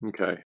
Okay